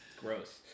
gross